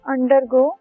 Undergo